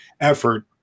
effort